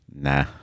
nah